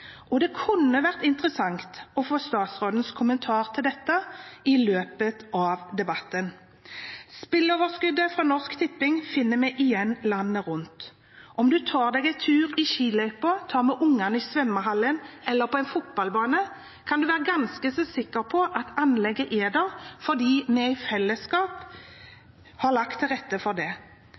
og én kunstisbane. Det kunne vært interessant å få statsrådens kommentar til dette i løpet av debatten. Spilleoverskuddet fra Norsk Tipping finner vi igjen landet rundt. Om en tar seg en tur i skiløypa eller tar med ungene til svømmehallen eller til en fotballbane, kan en være ganske så sikker på at anlegget er der, fordi vi i fellesskap har lagt til rette for det.